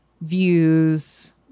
views